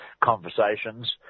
conversations